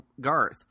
Garth